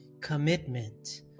commitment